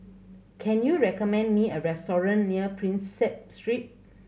can you recommend me a restaurant near Prinsep Street